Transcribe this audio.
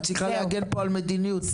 את צריכה להגן פה על המדיניות,